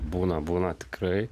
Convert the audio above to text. būna būna tikrai